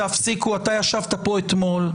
אתה ישבת פה אתמול.